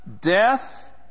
death